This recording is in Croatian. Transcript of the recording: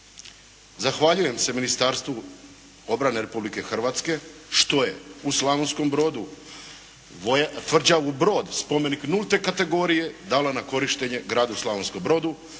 zahvaljujem se Ministarstvu obrane Republike Hrvatske što je u Slavonskom Brodu tvrđavu Brod spomenik nulte kategorije dala na korištenje gradu Slavonskom Brodu.